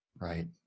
Right